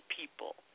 people